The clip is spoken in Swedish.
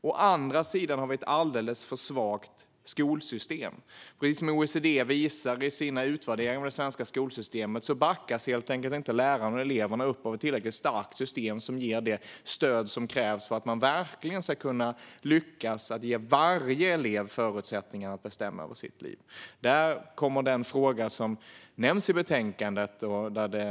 Å andra sidan har vi ett alldeles för svagt skolsystem. Precis som OECD visar i sina utvärderingar av det svenska skolsystemet backas helt enkelt inte lärarna och eleverna upp av ett tillräckligt starkt system som ger det stöd som krävs för att skolan verkligen ska lyckas ge varje elev förutsättningar att bestämma över sitt liv. Där kommer den fråga som nämns i betänkandet in som en pusselbit i hur vi stärker själva skolsystemet.